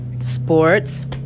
sports